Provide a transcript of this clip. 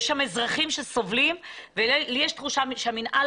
יש שם אזרחים שסובלים ולי יש תחושה שהמינהל